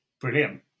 Brilliant